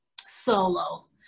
solo